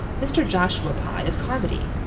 mr. joshua pye of carmody.